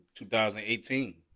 2018